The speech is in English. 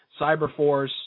Cyberforce